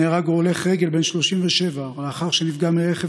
נהרג הולך רגל בן 37 לאחר שנפגע מרכב